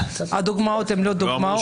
הדוגמאות הם לא דוגמאות.